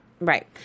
Right